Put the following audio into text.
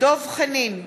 דב חנין,